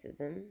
racism